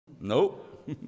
Nope